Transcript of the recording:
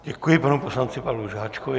Děkuji panu poslanci Pavlu Žáčkovi.